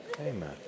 Amen